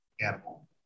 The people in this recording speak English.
animal